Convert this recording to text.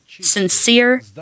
sincere